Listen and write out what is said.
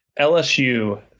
LSU